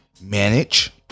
Manage